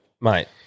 Mate